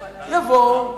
יבואו,